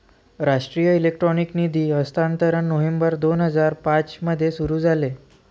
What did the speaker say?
राष्ट्रीय इलेक्ट्रॉनिक निधी हस्तांतरण नोव्हेंबर दोन हजार पाँच मध्ये सुरू झाले